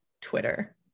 Twitter